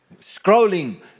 Scrolling